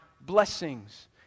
blessings